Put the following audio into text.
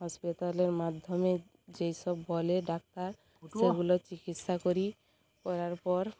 হসপিটালের মাধ্যমে যেই সব বলে ডাক্তার সেইগুলো চিকিৎসা করি করার পর